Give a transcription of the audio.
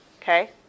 Okay